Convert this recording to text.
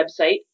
website